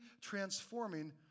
transforming